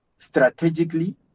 strategically